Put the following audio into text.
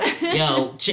yo